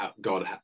God